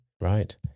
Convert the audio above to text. right